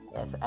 Yes